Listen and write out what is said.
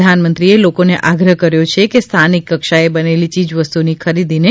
પ્રધાનમંત્રીએ લોકોને આગ્રહ કર્યો છે કે સ્થાનિક કક્ષાએ બનેલી ચીજવસ્તોની ખરીદીને